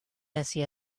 bessie